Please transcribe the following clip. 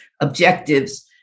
objectives